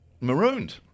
marooned